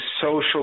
social